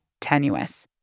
tenuous